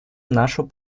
нашу